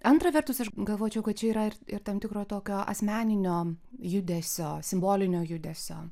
antra vertus aš galvočiau kad čia yra ir tam tikro tokio asmeninio judesio simbolinio judesio